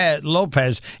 Lopez